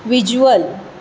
visual